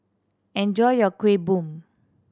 enjoy your Kuih Bom